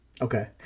Okay